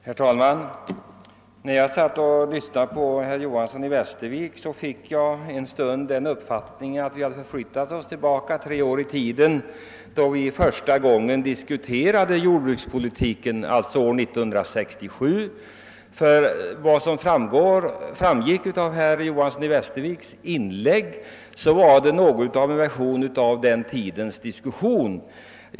Herr talman! När jag satt och lyssnade på herr Johanson i Västervik fick jag en känsla av att ha förflyttats tre år tillbaka i tiden, till år 1967 då vi första gången diskuterade den nya jordbrukspolitiken. Herr Johansons i Västervik inlägg gav en version av något av den tidens sätt att diskutera.